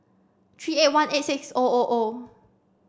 three eight one eight six O O O